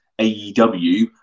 AEW